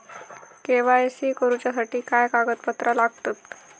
KYC करूच्यासाठी काय कागदपत्रा लागतत?